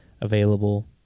available